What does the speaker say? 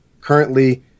currently